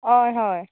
हय हय